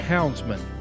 Houndsman